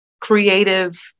creative